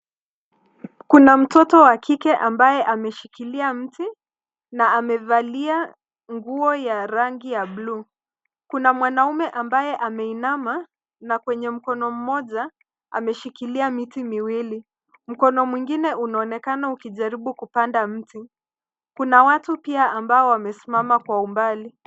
Kuna mtoto wa kike ambaye ameshikilia mti na amevalia nguo ya rangi ya buluu. Kuna mwanaume ambaye ameinama na kwenye mkono mmoja ameshikilia miti miwili. Mkono mwingine unaonekana ukijaribu kupanda mti. Kuna watu pia ambao wamesimama kwa umbali.